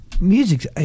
Music